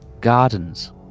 gardens